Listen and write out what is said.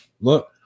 look